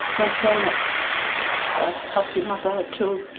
went from a healthy mother to,